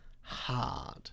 hard